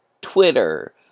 Twitter